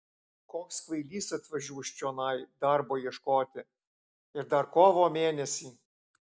koks kvailys atvažiuos čionai darbo ieškoti ir dar kovo mėnesį